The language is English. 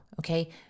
Okay